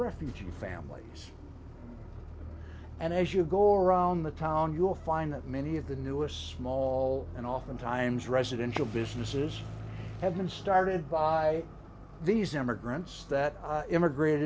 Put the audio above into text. refugee families and as you go around the town you'll find that many of the newest small and oftentimes residential businesses have been started by these immigrants that immigrated